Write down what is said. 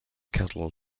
cattle